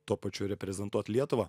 tuo pačiu reprezentuot lietuvą